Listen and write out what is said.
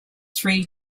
three